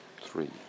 Three